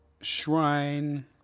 shrine